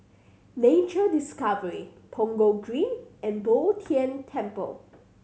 Nature Discovery Punggol Green and Bo Tien Temple